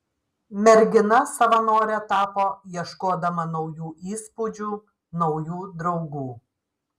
mergina savanore tapo ieškodama naujų įspūdžių naujų draugų